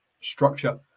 structure